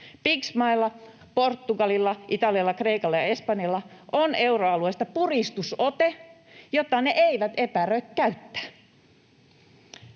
PIGS-mailla, Portugalilla, Italialla, Kreikalla ja Espanjalla, on euroalueesta puristusote, jota ne eivät epäröi käyttää.